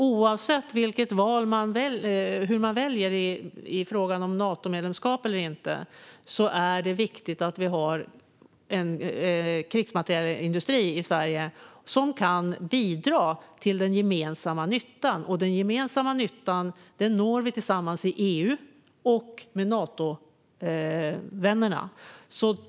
Oavsett hur man väljer i fråga om Natomedlemskap eller inte är det viktigt att vi har en krigsmaterielindustri i Sverige som kan bidra till den gemensamma nyttan, och den gemensamma nyttan når vi tillsammans i EU och med Natovännerna.